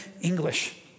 English